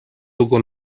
długo